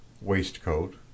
waistcoat